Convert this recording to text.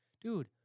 Dude